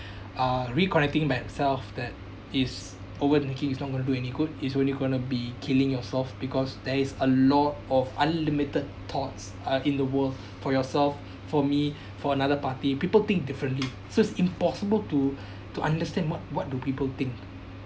uh re-correcting by itself that is over thinking is not going to do any good it's only going to be killing yourself because there is a lot of unlimited thoughts uh in the world for yourself for me for another party people think differently so it's impossible to to understand what what do people think